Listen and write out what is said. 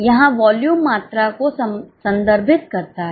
यहां वॉल्यूम मात्रा को संदर्भित करता है